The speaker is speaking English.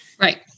right